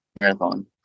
marathon